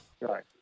Right